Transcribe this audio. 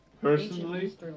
Personally